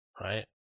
Right